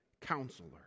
counselor